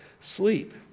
sleep